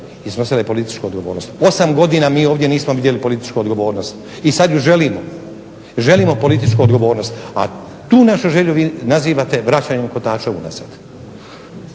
je političku odgovornost. 8 godina mi ovdje nismo vidjeli političku odgovornost. I sada ju želimo, želimo političku odgovornost. A tu našu želju vi zovete vraćanjem kotača unazad.